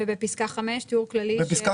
ואני אומר, יש כאן תוכנית, שנמצאת על השולחן.